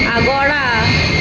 Aguada